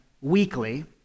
weekly